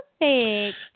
Perfect